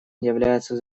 является